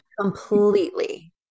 completely